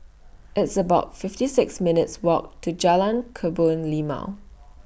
It's about fifty six minutes' Walk to Jalan Kebun Limau